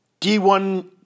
D1